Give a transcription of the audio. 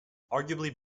arguably